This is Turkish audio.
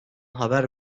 haber